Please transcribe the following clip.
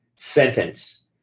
sentence